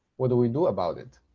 what do we do about it?